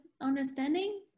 understanding